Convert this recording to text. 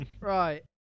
Right